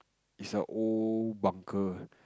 is a old bunker